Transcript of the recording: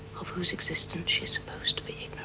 of whose existence she's supposed to be